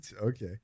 okay